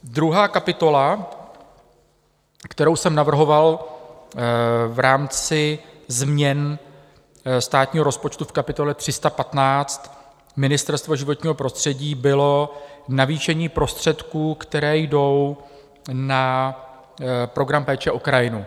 Druhá kapitola, kterou jsem navrhoval v rámci změn státního rozpočtu v kapitole 315, Ministerstvo životního prostředí, bylo navýšení prostředků, které jdou na program péče o krajinu.